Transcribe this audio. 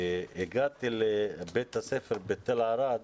כשהגעתי לבית הספר בתל ערד,